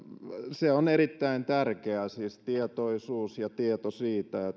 se on erittäin tärkeää siis tietoisuus ja tieto siitä